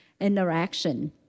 interaction